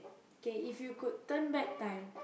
okay if you could turn back time